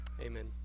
amen